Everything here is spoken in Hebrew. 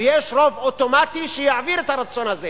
ויש רוב אוטומטי שיעביר את הרצון הזה